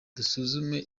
dusuzume